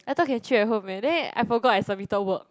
I thought can chill at home eh then I forgot I submitted work